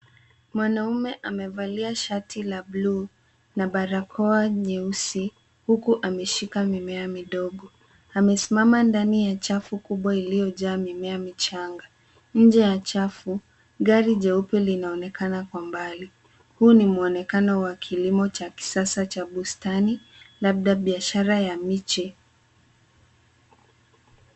Mwanaume amevalia shati la buluu na barakoa nyeusi huku ameshika mimea midogo. Amesimama ndani ya chafu kubwa iliyojaa mimea michanga. Nje ya chafu gari jeupe linaonekana kwa mbali. Huu ni mwonekana wa kilimo cha kisasa cha bustani labda biashara ya miche.